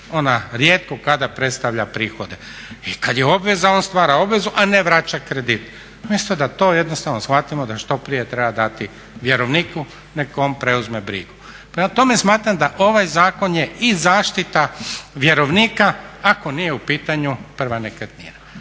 ona rijetko kada predstavlja prihode. I kad je obveza, on stvara obvezu a ne vraća kredit umjesto da to jednostavno shvatio da što prije treba dati vjerovniku nek on preuzme brigu. Prema tome, smatram da ovaj zakon je i zaštita vjerovnika ako nije u pitanju prva nekretnina.